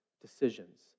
decisions